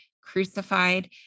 crucified